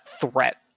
threat